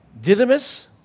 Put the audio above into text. Didymus